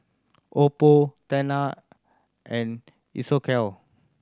Oppo Tena and Isocal